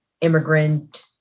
immigrant